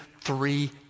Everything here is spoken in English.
three